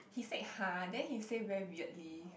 he said !huh! then he say very weirdly